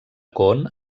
con